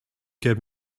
give